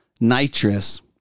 nitrous